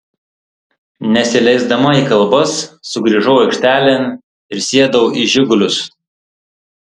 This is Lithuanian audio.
nesileisdama į kalbas sugrįžau aikštelėn ir sėdau į žigulius